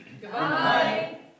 Goodbye